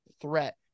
threat